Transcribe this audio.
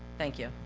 thank you.